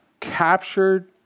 captured